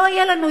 לא יהיה לנו,